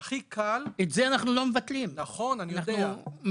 את זה אנחנו לא מבטלים, אנחנו משאירים.